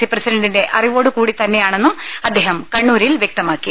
C പ്രസിഡന്റിന്റെ അറിവോടുകൂടി തന്നെയാണെന്നും അദ്ദേഹം കണ്ണൂരിൽ വ്യക്തമാക്കി